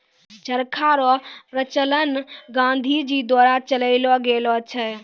चरखा रो प्रचलन गाँधी जी द्वारा चलैलो गेलो छै